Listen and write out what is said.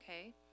okay